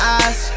eyes